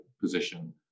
position